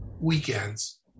weekends